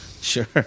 Sure